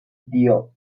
dio